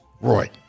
Roy